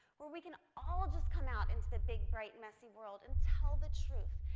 where we can all just come out into the big, bright, messy world, and tell the truth,